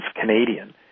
Canadian